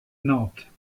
nantes